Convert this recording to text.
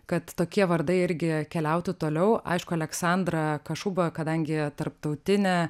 kad tokie vardai irgi keliautų toliau aišku aleksandrą kašubą kadangi tarptautinė